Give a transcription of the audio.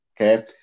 Okay